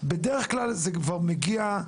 בדרך כלל זה כבר מגיע,